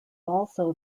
also